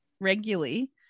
regularly